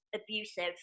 abusive